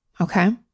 okay